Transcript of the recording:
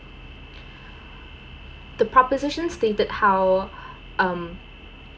the proposition stated how um